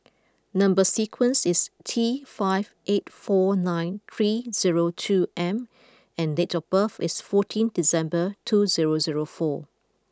number sequence is T five eight four nine three zero two M and date of birth is fourteen December two zero zero four